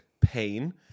pain